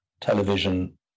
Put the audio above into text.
television